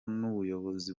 n’ubuyobozi